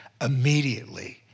immediately